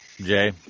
jay